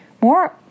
more